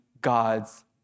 God's